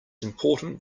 important